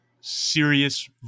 serious